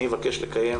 אני אבקש לקיים,